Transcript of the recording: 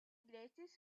greatest